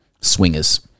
swingers